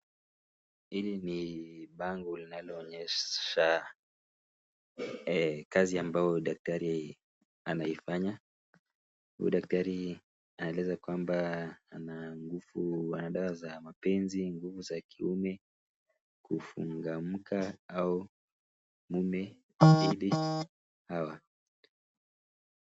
Hili ni bango linaloonesha kazi ambalo daktari anaifanya, huyu daktari anaeleza ana nguvu, dawa za mapenzi, nguvu za kiume, kumfunga mke au mume dhidi hawa.